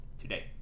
today